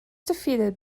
defeated